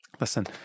listen